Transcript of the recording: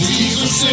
Jesus